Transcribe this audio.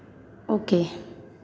okay